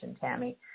Tammy